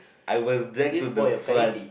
I was dragged to the front